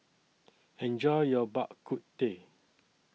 Enjoy your Bak Kut Teh